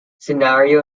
scenario